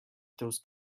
those